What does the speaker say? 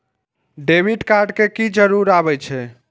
Debit card के की जरूर आवे छै?